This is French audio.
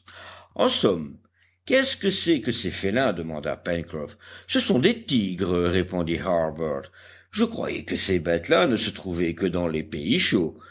en somme qu'est-ce que c'est que ces félins demanda pencroff ce sont des tigres répondit harbert je croyais que ces bêtes-là ne se trouvaient que dans les pays chauds